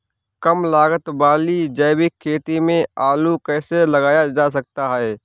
कम लागत वाली जैविक खेती में आलू कैसे लगाया जा सकता है?